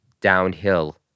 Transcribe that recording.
downhill